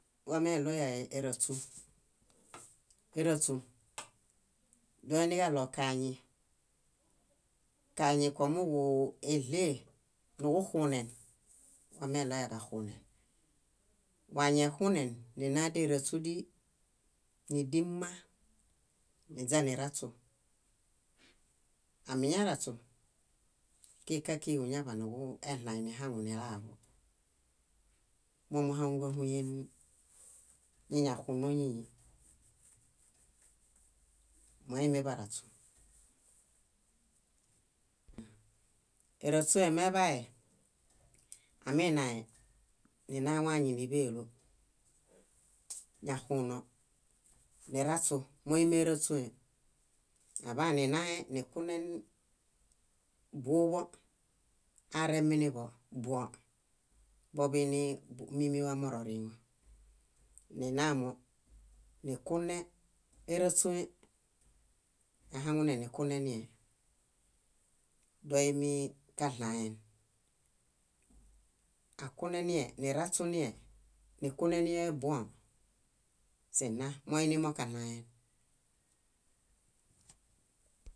. Wameɭoyahe éraśum. Éraśum, doiniġaɭo kañi, kañi kómuġueɭe, nuġuxunen, wameɭoyaġaxune. Wañexune nina déraśudii, nídi mma, niźaniraśu. Amiñaraśu, kikã kíġi kuñaḃanuġuɭaĩ nihaŋunilaaġo. Mómuhaŋuġahuyen ñiñaxuno ñíñi: moimibaraśu. Éraśue meḃaye, aminae, ninawañi níḃelo, ñaxuno niraśu móimeraśũhe. Aḃaan ninae nikunen buḃõ areminiḃo, buwõ, boḃinii mímiwa mororiiŋo. Ninamo nikune éraśũe, aihaŋune nikunenie, doimiikaɭaen. Kakunenie, niraśunie, nikunenie buwõ, sinna moinimokaɭayen.